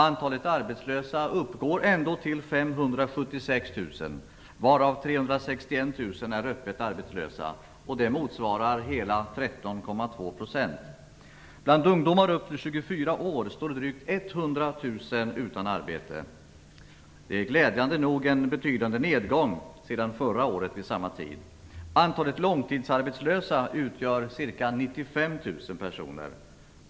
Antalet arbetslösa uppgår ändå till 576 000, varav 361 000 är öppet arbetslösa. Det motsvarar hela 13,2 %. Av ungdomar upp till 24 år står drygt 100 000 utan arbete. Det är glädjande nog en betydande nedgång sedan förra året vid samma tid. Antalet långtidsarbetslösa är ca 95 000.